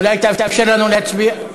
אולי תאפשר לנו להצביע?